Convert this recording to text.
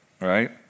right